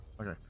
okay